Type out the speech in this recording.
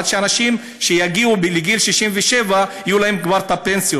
עד שלאנשים שיגיעו לגיל 67 כבר יהיו פנסיות.